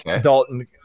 dalton